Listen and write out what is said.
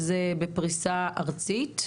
זה בפריסה ארצית.